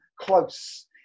close